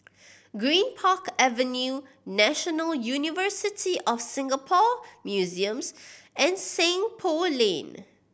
Greenpark Avenue National University of Singapore Museums and Seng Poh Lane